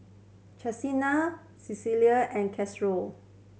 Chestina Cecil and